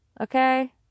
Okay